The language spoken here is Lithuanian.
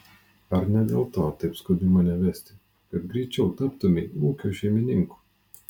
ar ne dėl to taip skubi mane vesti kad greičiau taptumei ūkio šeimininku